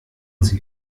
sie